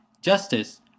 justice